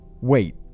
Wait